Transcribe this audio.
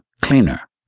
cleaner